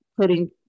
putting